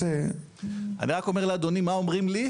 אני רוצה להגיד את מה שאני רוצה להגיד.